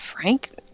Frank